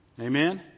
Amen